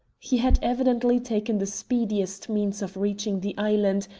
he had evidently taken the speediest means of reaching the island,